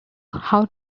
how